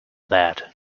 that